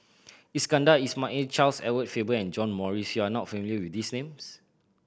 Iskandar Ismail Charles Edward Faber and John Morrice you are not familiar with these names